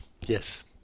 Yes